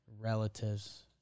relatives